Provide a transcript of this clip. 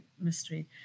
mystery